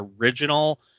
original